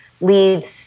leads